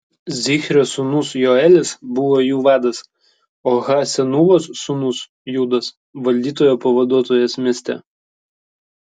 zichrio sūnus joelis buvo jų vadas o ha senūvos sūnus judas valdytojo pavaduotojas mieste